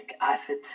acid